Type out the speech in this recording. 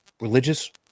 religious